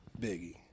Biggie